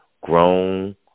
Grown